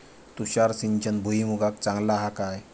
तुषार सिंचन भुईमुगाक चांगला हा काय?